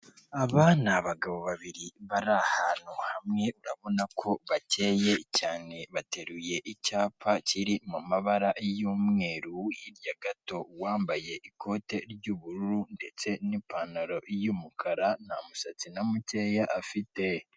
Aba ni abagabo babiri bari ahantu hamwe urabona ko bakeye cyane, bateruye icyapa kiri mu mabara y'umweru, hirya gato uwambaye ikote ry'ubururu ndetse n'ipantaro y'umukara nta musatsi na mukeya afite.